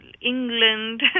England